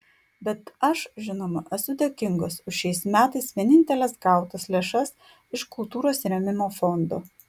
bet aš žinoma esu dėkingas už šiais metais vieninteles gautas lėšas iš kultūros rėmimo fondo